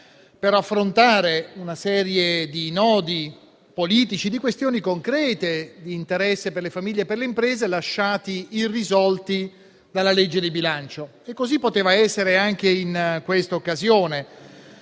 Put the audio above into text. per affrontare una serie di nodi politici, di questioni concrete di interesse per le famiglie e per le imprese lasciati irrisolti dalla legge di bilancio e così poteva essere anche in questa occasione.